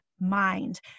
mind